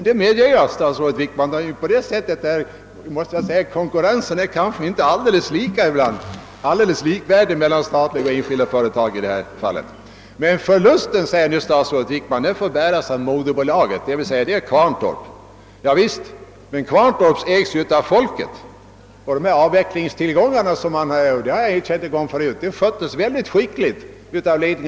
I det avseendet är konkurrensen ibland kanske inte alldeles likartad för statliga och privata företag. Förlusten får bäras av moderbolaget, säger statsrådet Wickman, d.v.s. Kvarntorp. Javisst, men Kvarntorp ägs också av folket. Jag har en gång tidigare eränt att avvecklingen av Kvarntorp sköttes skickligt av dess ledning.